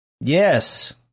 Yes